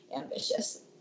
ambitious